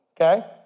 okay